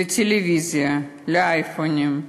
לטלוויזיה, לאייפונים.